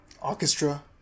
orchestra